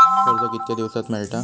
कर्ज कितक्या दिवसात मेळता?